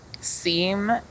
seem